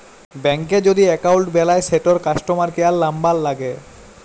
ব্যাংকে যদি এক্কাউল্ট বেলায় সেটর কাস্টমার কেয়ার লামবার ল্যাগে